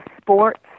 sports